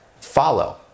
follow